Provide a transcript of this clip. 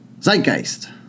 Zeitgeist